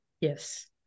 Yes